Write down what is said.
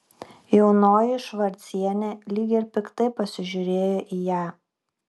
jaunoji švarcienė lyg ir piktai pasižiūrėjo į ją